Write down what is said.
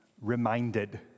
reminded